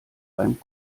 beim